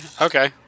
okay